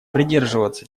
придерживаться